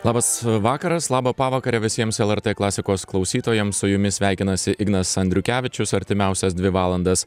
labas vakaras labą pavakarę visiems lrt klasikos klausytojams su jumis sveikinasi ignas andriukevičius artimiausias dvi valandas